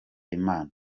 imana